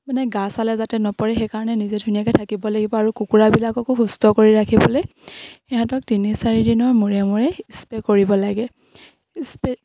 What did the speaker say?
মানে গা চালে যাতে নপৰে সেইকাৰণে নিজে ধুনীয়াকে থাকিব লাগিব আৰু কুকুৰাবিলাককো সুস্থ কৰি ৰাখিবলে সিহঁতক তিনি চাৰিদিনৰ মূৰে মূৰে স্প্ৰে' কৰিব লাগে স্প্ৰে